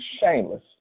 shameless